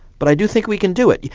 but i do think we can do it.